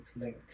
link